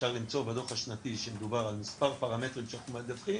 אפשר למצוא בדוח השנתי שמדובר על מספר פרמטרים שאנחנו מדווחים,